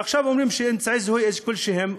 עכשיו אומרים שאמצעי זיהוי כלשהם,